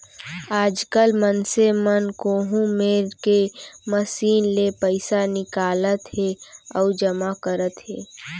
आजकाल मनसे मन कोहूँ मेर के मसीन ले पइसा निकालत हें अउ जमा करत हें